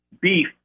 beef